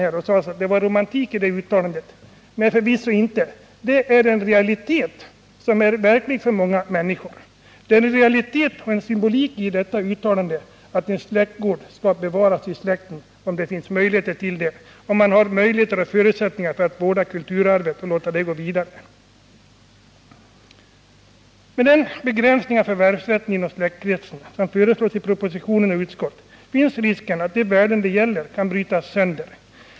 Det sades att det ligger romantik i det uttrycket, men förvisso inte. Det är realistiskt för många människor. Det ligger realism och symbolik i det uttrycket, som innebär att en släktgård skall bevaras i släkten — om man har möjligheter och förutsättningar att vårda kulturarvet och låta det gå vidare. Med den begränsning av förvärvsrätten inom släktkretsen som föreslås i propositionen och utskottets betänkande finns risken att de värden det här gäller kan brytas sönder.